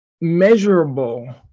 measurable